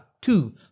Two